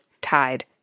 Tide